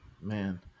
man